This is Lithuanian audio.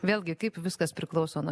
vėlgi kaip viskas priklauso nuo